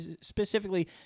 specifically